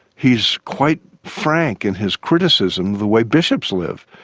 he is quite frank in his criticism of the way bishops live,